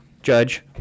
Judge